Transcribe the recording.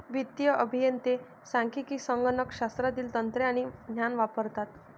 वित्तीय अभियंते सांख्यिकी, संगणक शास्त्रातील तंत्रे आणि ज्ञान वापरतात